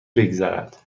بگذرد